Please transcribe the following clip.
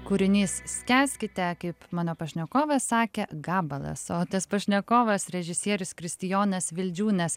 kūrinys skęskite kaip mano pašnekovas sakė gabalas o tas pašnekovas režisierius kristijonas vildžiūnas